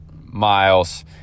miles